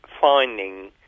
finding